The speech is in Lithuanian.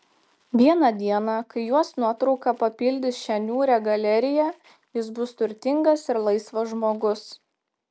vieną dieną kai jos nuotrauka papildys šią niūrią galeriją jis bus turtingas ir laisvas žmogus